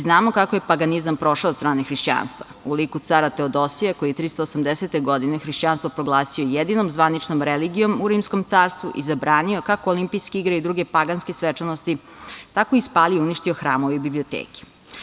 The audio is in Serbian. Znamo kako je paganizam prošao od strane hrišćanstva - u lidu cara Teodosija, koji je 380. godine hrišćanstvo proglasio jedinom zvaničnom religijom u Rimskom carstvu i zabranio kako olimpijske igre i druge paganske svečanosti, tako i spalio i uništio hramove i biblioteke.